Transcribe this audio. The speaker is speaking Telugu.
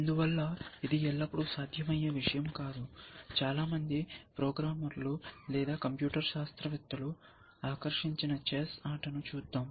అందువల్ల ఇది ఎల్లప్పుడూ సాధ్యమయ్యే విషయం కాదు చాలా మంది ప్రోగ్రామర్లు లేదా కంప్యూటర్ శాస్త్రవేత్తలను ఆకర్షించిన చెస్ ఆటను చూద్దాం